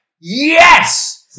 yes